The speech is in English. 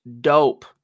dope